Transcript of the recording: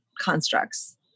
constructs